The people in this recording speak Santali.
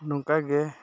ᱱᱚᱝᱠᱟᱜᱮ